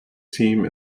team